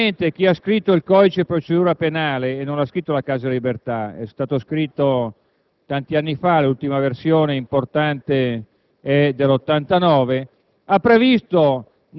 anziché cercare di perseguire i terroristi, ha cercato di perseguire i cacciatori di terroristi.